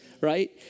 right